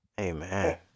amen